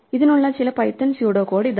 ഇതിനുള്ള ചില Python pseudo code ഇതാണ്